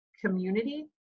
community